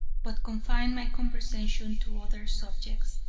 but confined my conversation to other subjects,